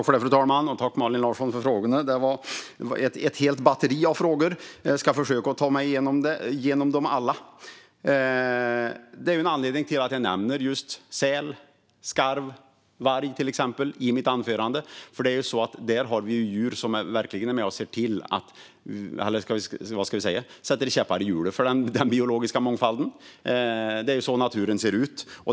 Fru talman! Tack för frågorna, Malin Larsson! Jag ska försöka besvara dem. En anledning till att jag nämnde till exempel säl, skarv och varg i mitt anförande är att det är djur som verkligen sätter käppar i hjulet för den biologiska mångfalden. Så ser naturen ut.